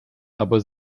aber